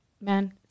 man